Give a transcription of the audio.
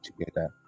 together